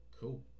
cool